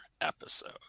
episode